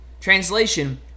Translation